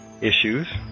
issues